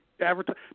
advertise